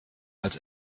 als